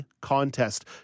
contest